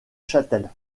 châtel